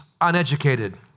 uneducated